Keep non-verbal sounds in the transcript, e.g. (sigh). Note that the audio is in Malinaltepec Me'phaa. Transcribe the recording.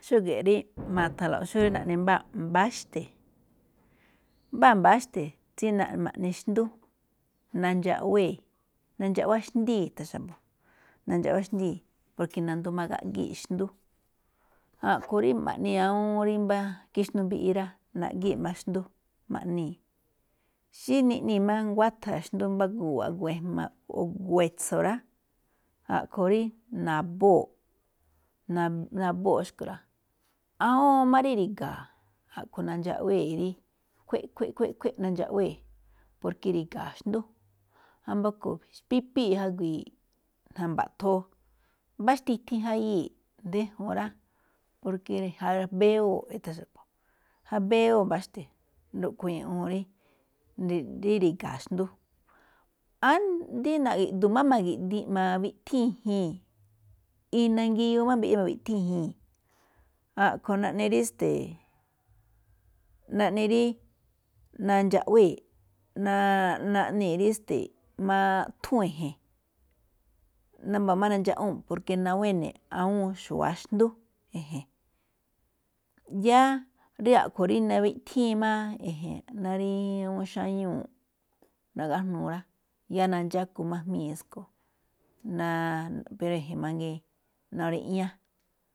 Xúge̱ꞌ rí ma̱tha̱nlo̱ꞌ xóo ri naꞌne mbáa mbáxte̱, mbáa mbáxte̱ tsí ma̱ꞌne xndú, nandxaꞌwee̱ nandxaꞌwá xndíi̱ ithán xa̱bo̱, nandxaꞌwá xndíi̱ porke nandoo̱ máꞌ gaꞌgíi̱ xndú. A̱ꞌkhue̱n rí ma̱ꞌnii̱ ne̱ awúún rí mbá kixnuu mbiꞌi rá, naꞌgíi̱ꞌ máꞌ xndú ma̱ꞌnii̱, xí niꞌnii̱ máꞌ nguátha̱ xndú, mbá gu̱wa̱ꞌ mbá gu̱wa̱ꞌ e̱jma̱ o gu̱wa̱ꞌ etso̱ rá. A̱ꞌkhue̱n rí nabóo̱ꞌ, na- nabóo̱ xúꞌkhue̱n rá. Awúun máꞌ ri̱ga̱a̱, a̱ꞌkhue̱n nandxaꞌwee̱ rá, khuéꞌ khuéꞌ khuéꞌ nandxaꞌwée̱, porke ri̱ga̱a̱ xndú. Wámba̱ rúꞌkhue̱n xpípíi̱ jagui̱i̱ ja̱mba̱ꞌthoo, mbá xtiꞌthii̱n jañii̱n, déjuun ráꞌ porke jabáwéwóo̱ ithán xa̱bo̱, jabáwéwóo̱ mba̱xte̱, rúꞌkue̱n ñajuun rí ri̱ga̱a̱ xndú. Ri na̱gi̱ꞌdu̱u̱ máꞌ ma̱wiꞌthíin i̱ji̱i̱n, nangiyuu máꞌ mbiꞌi ma̱wiꞌthíin i̱ji̱i̱n. A̱ꞌkhue̱n naꞌne rí esteeꞌ (noise) (hesitation) naꞌne rí, nandxaꞌwee̱ naꞌnii̱ rí esteeꞌ maꞌthúu̱n e̱je̱n. Wámba̱ máꞌ nandxaꞌwúu̱n, porke nawán ene̱ awúun xu̱wa̱á xndú e̱je̱n. Yáá rí a̱ꞌkhue̱n nawiꞌthíin má e̱je̱n ná rí awúun xáñúu̱nꞌ nagajnuu, yáá nandxákuun jmíi̱n tsúꞌkhue̱n asndo e̱je̱n nári̱ꞌña mangiin.